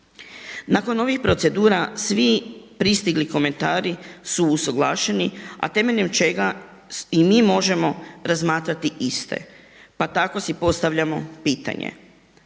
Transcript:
Nakon ovih procedura svi pristigli komentari su usuglašeni a temeljem čega i mi možemo razmatrati iste. Pa tako si postavljamo pitanje,